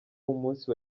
umunsi